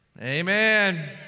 Amen